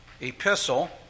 epistle